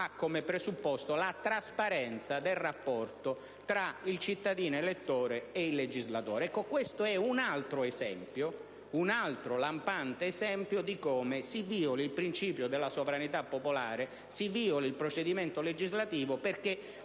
ha come presupposto la trasparenza del rapporto tra il cittadino elettore e il legislatore. Ebbene, questo è un altro esempio, un altro lampante esempio di come si viola il principio della sovranità popolare e le regole del procedimento legislativo.